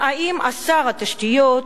האם זה שר התשתיות,